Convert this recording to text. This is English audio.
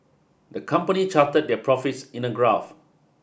the company charted their profits in a graph